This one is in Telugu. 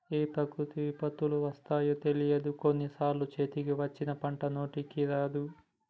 ఏం ప్రకృతి విపత్తులు వస్తాయో తెలియదు, కొన్ని సార్లు చేతికి వచ్చిన పంట నోటికి రాదు